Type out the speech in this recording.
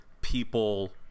people